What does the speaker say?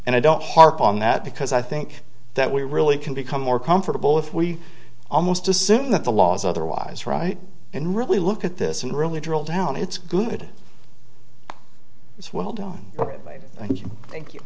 and i don't harp on that because i think that we really can become more comfortable if we almost assume that the law is otherwise right in really look at this and really drill down it's good it's well done thank you